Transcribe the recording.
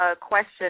question